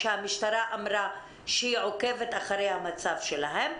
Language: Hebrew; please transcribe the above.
שהמשטרה אמרה שהיא עוקבת אחרי המצב שלהן?